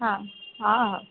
ହଁ ହଁ ହଉ